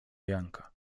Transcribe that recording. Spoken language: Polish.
janka